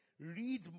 read